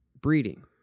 breeding